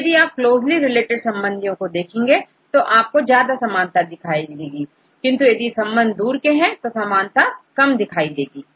तो यदि आप क्लोजली रिलेटेड संबंधियों को देखें तो आपको ज्यादा समानता दिखाई देगी किन्तु यदि यह संबंध दूर के हैं तो समानता कम दिखाई देगी